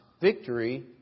victory